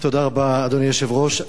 תודה רבה, אדוני היושב-ראש.